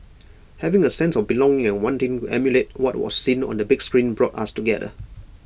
having A sense of belonging and wanting emulate what was seen on the big screen brought us together